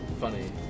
funny